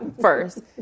first